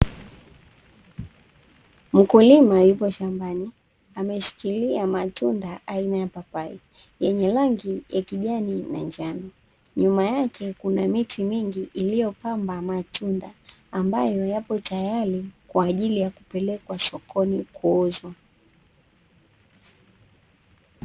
Mkulima yupo shambani ameshikilia matunda aina ya papai yenye rangi ya kijani na njano. Nyuma yake kuna miti mingi iliyopamba matunda ambayo yapo tayari kwa ajili ya kupelekwa sokoni kuuzwa.